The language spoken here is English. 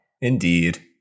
Indeed